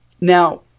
Now